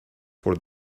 for